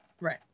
Right